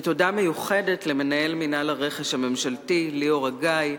ותודה מיוחדת למנהל מינהל הרכש הממשלתי ליאור אגאי,